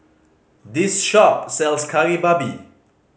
this shop sells Kari Babi